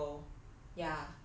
it's just horrible